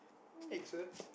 takes a